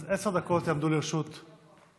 אז עשר דקות יעמדו לרשות המסתייג,